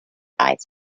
eyes